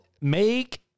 Make